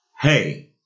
hey